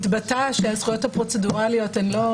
התבטא שהזכויות הפרוצדורליות הן לא,